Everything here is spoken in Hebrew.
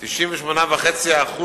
98.5%,